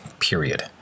period